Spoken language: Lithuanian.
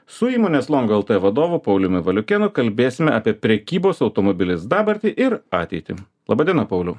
su įmonės long lt vadovu pauliumi valiukėnu kalbėsime apie prekybos automobiliais dabartį ir ateitį laba diena pauliau